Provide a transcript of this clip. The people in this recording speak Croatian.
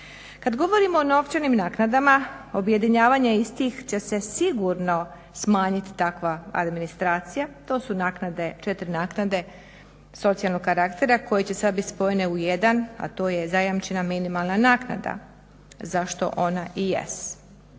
Kad govorimo o novčanim naknadama, objedinjavanja istih će se sigurno smanjiti takva administracija. To su naknade, 4 naknade socijalnog karaktera koje će sad biti spojene u jedan a to je zajamčena minimalna naknada zašto ona i jest.